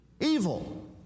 Evil